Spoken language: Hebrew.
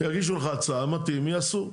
יגישו לך הצעה, מתאים, יעשו.